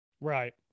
Right